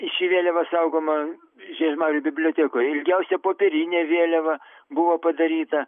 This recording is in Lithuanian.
ši vėliava saugoma žiežmarių bibliotekoje ilgiausia popierinė vėliava buvo padaryta